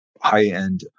high-end